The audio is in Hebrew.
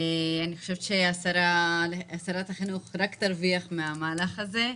אני חושבת ששרת החינוך רק תרוויח מהמהלך הזה.